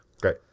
Great